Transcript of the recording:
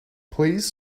please